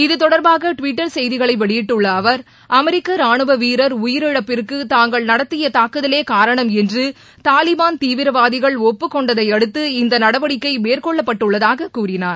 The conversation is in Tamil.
இத்தொடர்பாக தொடர்பாக டுவிட்டர் செய்திகளை வெளியிட்டுள்ள அவர் அமெரிக்க ரானுவ வீரர் உயிரிழப்பிற்கு தாங்கள் நடத்திய தாக்குதலே காரணம் என்று தாலிபன் தீவிரவாதிகள் ஒப்புக்கொண்டதையடுத்து இந்த நடவடிக்கை மேற்கொள்ளப்பட்டுள்ளதாக கூறினார்